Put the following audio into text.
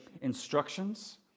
instructions